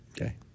okay